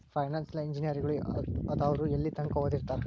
Financial ಇಂಜಿನಿಯರಗಳು ಆದವ್ರು ಯೆಲ್ಲಿತಂಕಾ ಓದಿರ್ತಾರ?